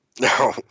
No